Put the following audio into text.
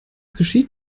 geschieht